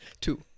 two